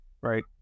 right